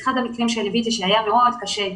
אחד המקרים שליוויתי שהיה מאוד קשה,